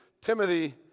Timothy